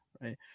right